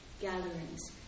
gatherings